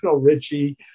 Richie